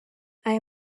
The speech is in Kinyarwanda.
aya